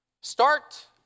Start